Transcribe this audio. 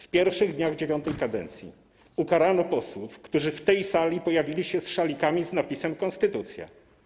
W pierwszych dniach IX kadencji ukarano posłów, którzy w tej sali pojawili się z szalikami z napisem „konstytucja”